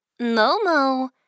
Momo